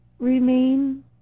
remain